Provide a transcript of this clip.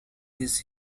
his